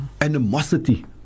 animosity